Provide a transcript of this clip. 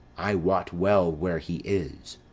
i wot well where he is.